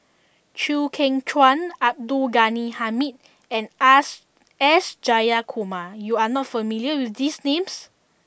Chew Kheng Chuan Abdul Ghani Hamid and us S Jayakumar you are not familiar with these names